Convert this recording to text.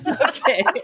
Okay